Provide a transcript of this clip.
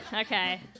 Okay